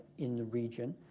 in the region.